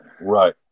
right